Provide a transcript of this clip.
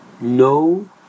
no